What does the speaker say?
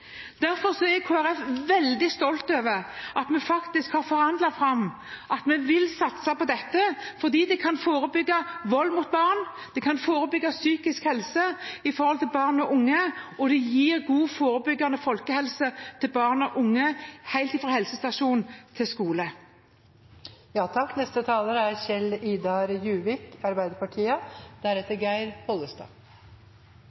Derfor er Kristelig Folkeparti veldig stolt over at vi har forhandlet fram at vi vil satse på dette, fordi det kan forebygge vold mot barn, det kan forebygge psykiske problemer hos barn og unge, og det gir god, forebyggende folkehelse til barn og unge, helt fra helsestasjon til skole. Så fikk landet endelig et budsjett til slutt, etter uker med kaos. Men fortsatt er